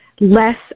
less